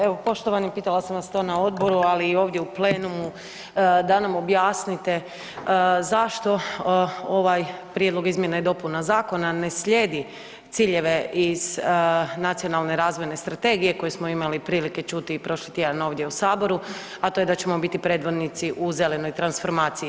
Evo, poštovani pitala sam vas to na odboru, ali i ovdje u plenumu, da nam objasnite zašto ovaj prijedlog izmjena i dopuna zakona ne slijedi ciljeve iz Nacionalne razvojne strategije koju smo imali prilike čuti i prošli tjedan ovdje u Saboru, a to je da ćemo biti predvodnici u zelenoj transformaciji.